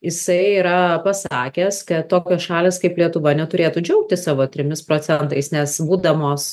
jisai yra pasakęs kad tokios šalys kaip lietuva neturėtų džiaugtis savo trimis procentais nes būdamos